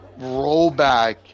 rollback